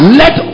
let